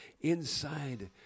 inside